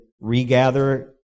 regather